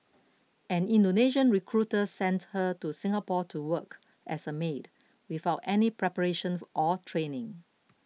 an Indonesian recruiter sent her to Singapore to work as a maid without any preparation or training